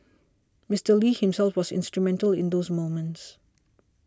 Mister Lee himself was instrumental in those moments